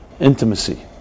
intimacy